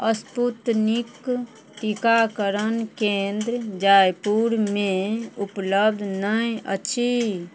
Sputnik टीकाकरण केन्द्र जयपुरमे उपलब्ध नहि अछि